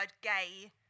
gay